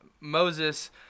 Moses